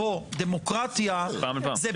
בוא, דמוקרטיה זה